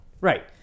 Right